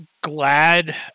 glad